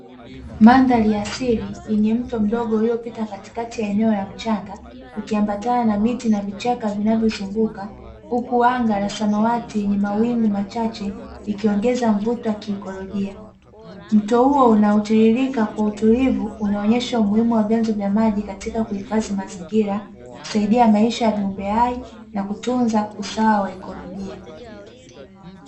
Mandhari asili iliyopita mto pembezoni mwa mchanga ikiambatana na miti na vichaka vinavyozunguuka, huku anga la samawati lenye mawingu machache likiongeza mvuto wa kiikolojia, mto huo unaotiririka kwa utulivu unaonyesha umuhimu wa kuhifadhi vyanzo vya maji katika kuhifadhi mazingira na kusaidia maisha ya viumbe hai na kutunza usawa wa ikolojia.